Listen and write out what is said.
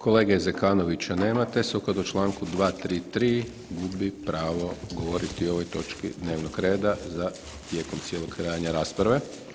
Kolege Zekanovića nema te sukladno članku 233. gubi pravo govoriti o ovoj točki dnevnog reda za, tijekom cijelog trajanja rasprave.